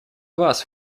вас